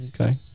Okay